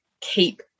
keep